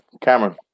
Cameron